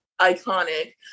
iconic